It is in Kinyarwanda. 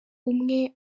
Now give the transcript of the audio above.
umwe